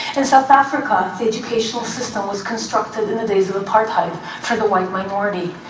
in south africa, the educational system was constructed in the days of apartheid for the white minority,